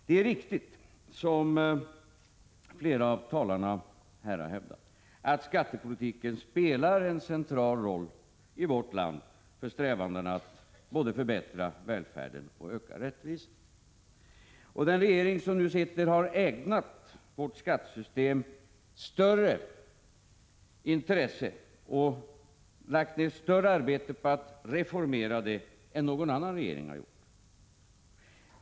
Det är riktigt, som flera av talarna här har hävdat, att skattepolitiken i vårt land spelar en central roll för strävandena att förbättra välfärden och öka rättvisan. Den regering som nu sitter har ägnat vårt skattesystem större intresse och lagt ned större arbete på att reformera det än någon annan regering har gjort.